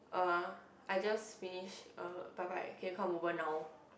uh I just finish uh bye bye can you come over now